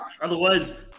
Otherwise